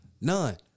None